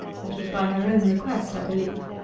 that was by her own request, i believe.